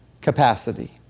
capacity